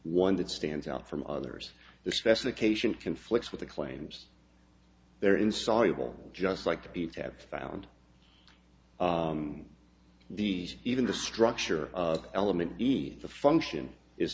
one that stands out from others the specification conflicts with the claims they're insoluble just like the have found these even the structure element lead the function is